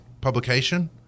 publication